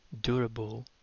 durable